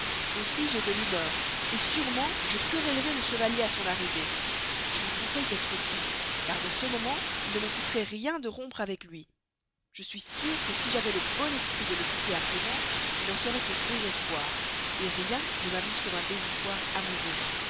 aussi j'ai de l'humeur sûrement je querellerai le chevalier à son arrivée je lui conseille d'être doux car dans ce moment il ne m'en coûterait rien de rompre avec lui je suis sûre que si j'avais le bon esprit de le quitter à présent il en serait au désespoir rien ne m'amuse comme un désespoir amoureux